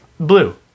Blue